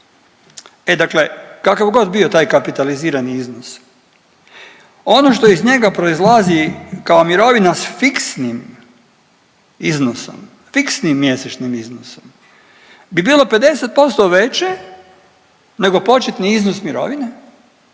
E, dakle kakav god bio taj kapitalizirani iznos, ono što iz njega proizlazi kao mirovina s fiksnim iznosom, fiksnim mjesečnim iznosom bi bilo 50% veće nego početni iznos mirovine